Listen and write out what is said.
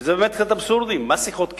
וזה באמת קצת אבסורדי, מה שיחות קרבה?